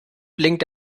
blinkt